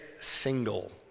Single